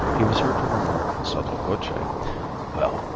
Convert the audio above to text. he was heard to remark sotto voce. well,